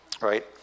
right